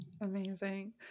Amazing